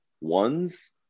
ones